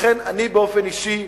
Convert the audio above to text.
לכן, אני, באופן אישי,